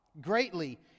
greatly